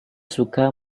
suka